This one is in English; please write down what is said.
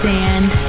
Sand